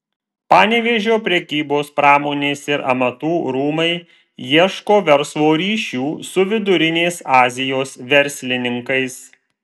panevėžio prekybos pramonės ir amatų rūmai ieško verslo ryšių su vidurinės azijos verslininkais